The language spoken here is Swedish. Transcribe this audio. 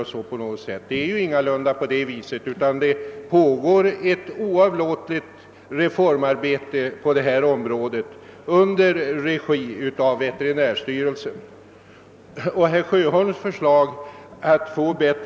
Det förhåller sig ingalunda på det viset, utan det pågår ett oavlåtligt reformarbete på detta område i veterinärstyrelsens regi.